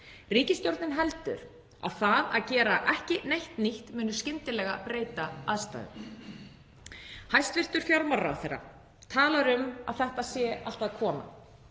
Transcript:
Ríkisstjórnin heldur að það að gera ekki neitt nýtt muni skyndilega breyta aðstæðum. Hæstv. fjármálaráðherra talar um að þetta sé allt að koma.